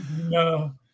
No